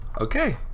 Okay